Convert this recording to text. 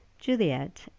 Juliet